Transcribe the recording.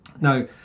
Now